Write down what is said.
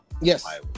Yes